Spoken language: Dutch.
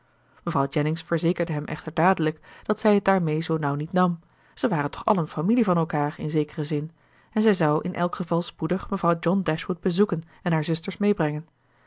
mevrouw jennings verzekerde hem echter dadelijk dat zij het daarmee zoo nauw niet nam ze waren toch allen familie van elkaar in zekeren zin en zij zou in elk geval spoedig mevrouw john dashwood bezoeken en haar zusters meebrengen